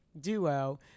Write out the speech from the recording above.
Duo